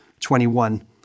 21